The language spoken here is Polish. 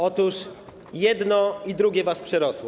Otóż jedno i drugie was przerosło.